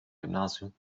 gymnasium